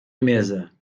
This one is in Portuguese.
mesa